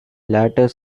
latter